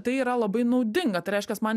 tai yra labai naudinga tai reiškias man